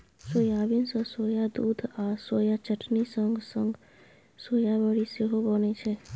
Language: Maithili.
सोयाबीन सँ सोया दुध आ सोया चटनी संग संग सोया बरी सेहो बनै छै